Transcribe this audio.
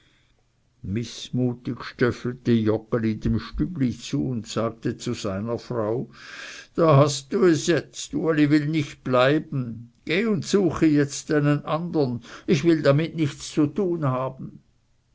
mißmutig stöffelte joggeli dem stübli zu und sagte seiner frau da hast du es jetzt uli will nicht bleiben gehe und suche jetzt einen andern ich will nichts damit zu tun haben